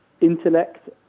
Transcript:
intellect